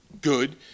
good